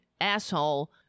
asshole